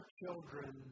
children